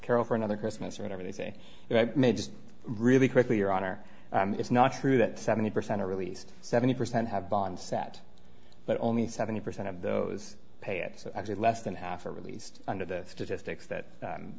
carol for another christmas or whatever they say may just really quickly your honor it's not true that seventy percent are released seventy percent have bond set but only seventy percent of those pay it so actually less than half are released under the statistics that